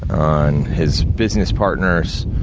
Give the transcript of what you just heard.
on his business partners,